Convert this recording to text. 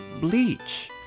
bleach